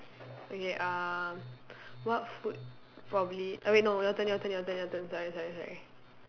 okay uh what food probably eh wait no your turn your turn your turn your turn sorry sorry sorry